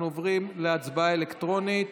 אנחנו עוברים להצבעה אלקטרונית.